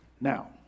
Now